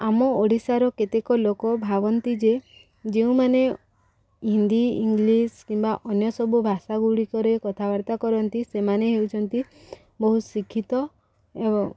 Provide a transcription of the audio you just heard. ଆମ ଓଡ଼ିଶାର କେତେକ ଲୋକ ଭାବନ୍ତି ଯେ ଯେଉଁମାନେ ହିନ୍ଦୀ ଇଂଲିଶ କିମ୍ବା ଅନ୍ୟ ସବୁ ଭାଷା ଗୁଡ଼ିକରେ କଥାବାର୍ତ୍ତା କରନ୍ତି ସେମାନେ ହେଉଛନ୍ତି ବହୁତ ଶିକ୍ଷିତ